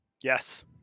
Yes